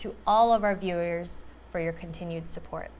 to all of our viewers for your continued support